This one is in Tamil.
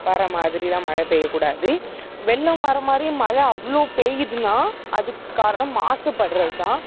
வர மாதிரியெல்லாம் மழை பெய்யக்கூடாது வெள்ளம் வர மாதிரியும் மழை அவ்வளோ பெய்யுதுன்னா அதுக்கு காரணம் மாசு படுறதுதான்